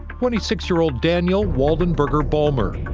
twenty-six-year-old daniel waldenberger-bulmer.